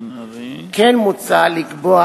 כן מוצע לקבוע